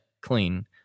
clean